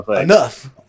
enough